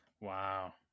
Wow